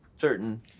certain